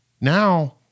now